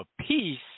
apiece